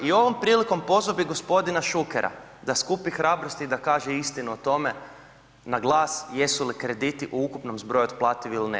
I ovom prilikom pozvo bi g. Šukera da skupi hrabrosti i da kaže istinu o tome na glas jesu li krediti u ukupnom zbroju otplativi ili ne?